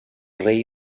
rei